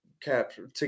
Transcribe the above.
capture